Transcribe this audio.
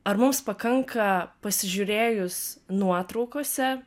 ar mums pakanka pasižiūrėjus nuotraukose